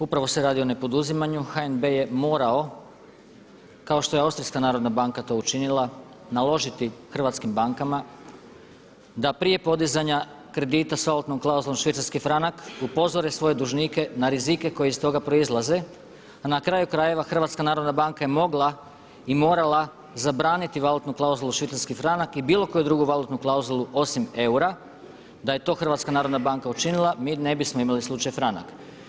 Upravo se radi o nepoduzimanju, HNB je morao kao što je Austrijska narodna banka to učinila naložiti hrvatskim bankama da prije podizanja kredita sa valutnom klauzulom švicarski franak upozori svoje dužnike na rizike koji iz toga proizlaze a na kraju krajeva HNB je mogla i morala zabraniti valutnu klauzulu švicarski franak i bilo koju valutnu klauzulu osim eura da je to HNB učinila, mi ne bismo imali slučaj franak.